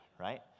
right